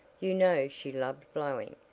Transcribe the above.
you know she loved blowing,